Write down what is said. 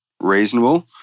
reasonable